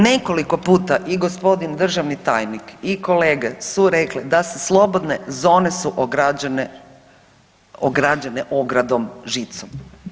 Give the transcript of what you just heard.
Nekoliko puta i gospodin državni tajnik i kolege su rekle da su slobodne zone su ograđene, ograđene ogradom, žicom.